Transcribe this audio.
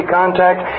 contact